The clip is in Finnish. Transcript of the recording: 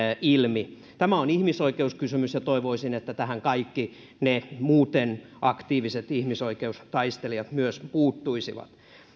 ilmi tämä on ihmisoikeuskysymys ja toivoisin että tähän kaikki ne muuten aktiiviset ihmisoikeustaistelijat myös puuttuisivat